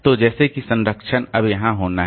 तो जैसे कि संरक्षण अब वहाँ होना है